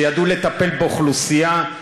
שידעו לטפל באוכלוסייה.